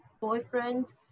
boyfriend